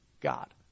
God